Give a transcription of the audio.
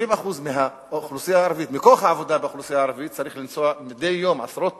70% מכוח העבודה באוכלוסייה הערבית צריך לנסוע מדי יום עשרות